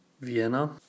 Vienna